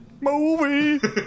Movie